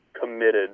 committed